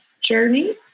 journey